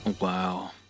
wow